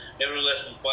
Nevertheless